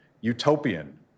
utopian